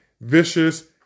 vicious